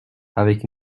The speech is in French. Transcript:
avec